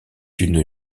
une